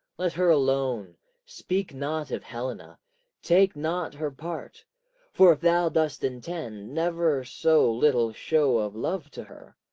let her alone speak not of helena take not her part for if thou dost intend never so little show of love to her,